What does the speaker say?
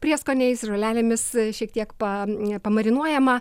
prieskoniais žolelėmis šiek tiek pa pamarinuojama